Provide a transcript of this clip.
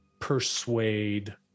persuade